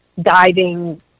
diving